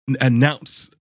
announce